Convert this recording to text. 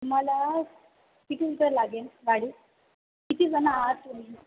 तुम्हाला किती सिटर लागेल गाडी किती जण आहात तुम्ही